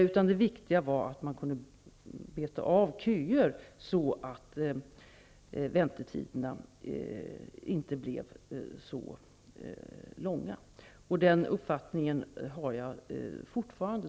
Vi ansåg att det var viktigt att vi kunde beta av köerna så att väntetiderna inte blev så långa. Den uppfattningen har jag fortfarande.